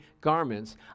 garments